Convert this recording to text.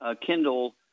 Kindle